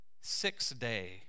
six-day